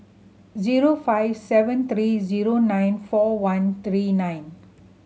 zero five seven three zero nine four one three nine